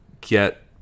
get